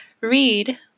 Read